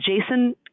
Jason